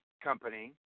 company